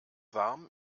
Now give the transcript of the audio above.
warm